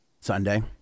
Sunday